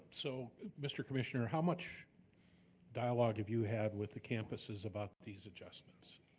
so mr. commissioner, how much dialog have you had with the campuses about these adjustments?